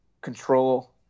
control